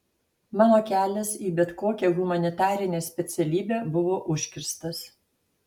mano kelias į bet kokią humanitarinę specialybę buvo užkirstas